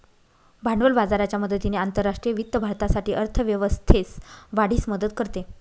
भांडवल बाजाराच्या मदतीने आंतरराष्ट्रीय वित्त भारतासाठी अर्थ व्यवस्थेस वाढीस मदत करते